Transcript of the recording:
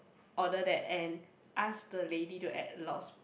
order that and ask the lady to add lots